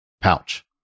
pouch